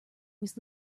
was